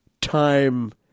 time